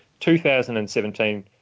2017